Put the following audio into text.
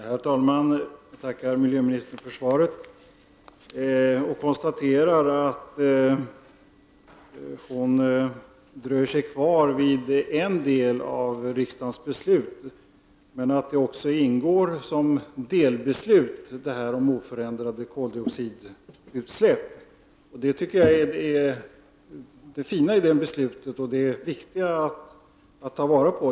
Herr talman! Jag tackar miljöministern för svaret. Jag konstaterar att hon dröjer sig kvar vid en del i riksdagens beslut, men att målet med oförändrade koldioxidutsläpp också ingår som delbeslut. Det är en viktig sak att ta vara på i detta beslut.